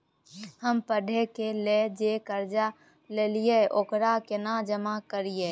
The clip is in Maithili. हम पढ़े के लेल जे कर्जा ललिये ओकरा केना जमा करिए?